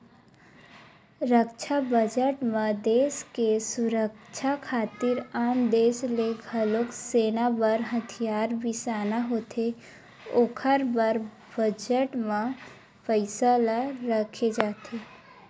रक्छा बजट म देस के सुरक्छा खातिर आन देस ले घलोक सेना बर हथियार बिसाना होथे ओखर बर बजट म पइसा ल रखे जाथे